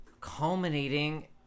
culminating